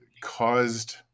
caused